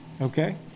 okay